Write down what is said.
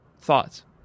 thoughts